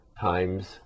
times